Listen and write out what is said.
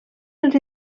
els